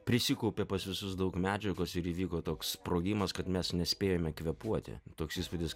prisikaupė pas visus daug medžiagos ir įvyko toks sprogimas kad mes nespėjame kvėpuoti toks įspūdis